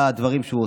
בדברים שהוא עושה.